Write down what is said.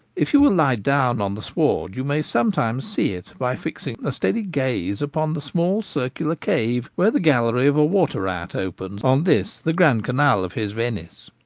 if you will lie down on the sward, you may some times see it by fixing a steady gaze upon the small circular cave where the gallery of a water-rat opens on this the grand canal of his venice.